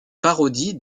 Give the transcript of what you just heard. parodie